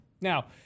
Now